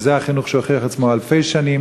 כי זה חינוך שהוכיח את עצמו אלפי שנים,